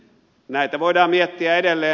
näitä voidaan miettiä edelleen